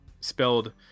spelled